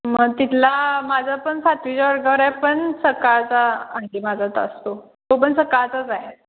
मग तिथला माझा पण सातवीच्या वर्गावर आहे पण सकाळचा आणखी माझा तास असतो तो पण सकाळचाच आहे